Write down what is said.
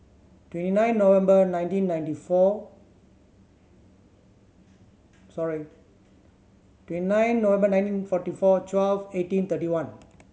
twenty nine November nineteen ninety four sorry twenty nine November nineteen forty four twelve eighteen thirty one